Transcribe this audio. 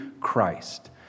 Christ